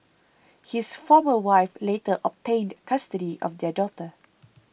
his former wife later obtained custody of their daughter